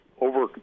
over